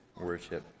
worship